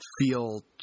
feel